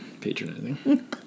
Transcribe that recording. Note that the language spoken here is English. Patronizing